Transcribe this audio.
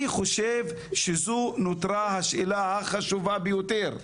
אני חושב שזו נותרה השאלה החשובה ביותר.